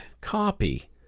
copy